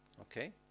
Okay